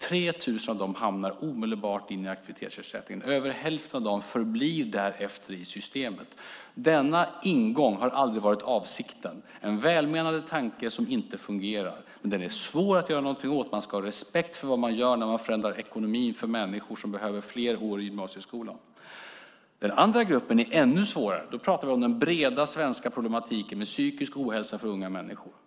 3 000 av dem hamnar omedelbart i aktivitetsersättningen. Över hälften av dem förblir därefter i systemet. Denna ingång har aldrig varit avsikten. Det är en välmenande tanke som inte fungerar. Men den är svår att göra någonting åt. Man ska ha respekt för vad man gör när man förändrar ekonomin för människor som behöver fler år i gymnasieskolan. Den andra gruppen är ännu svårare. Då pratar vi om den breda svenska problematiken med psykisk ohälsa hos unga människor.